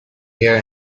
gear